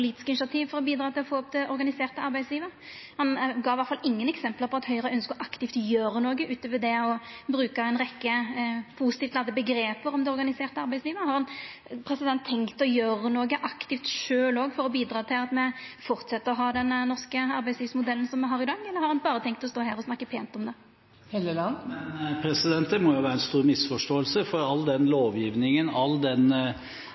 politisk initiativ for å bidra til å få opp det organiserte arbeidslivet. Han gav iallfall ingen eksempel på at Høgre ønskjer å aktivt gjera noko, utover det å bruka ei rekkje positivt ladde omgrep om det organiserte arbeidslivet. Har han tenkt å gjera noko aktivt sjølv òg for å bidra til at me framleis skal ha den norske arbeidslivsmodellen som me har i dag? Eller har han berre tenkt å stå her og snakka pent om den? Men det må jo være en stor misforståelse, for all den lovgivningen, all den